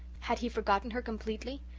had he forgotten her completely?